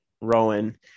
Rowan